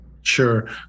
Sure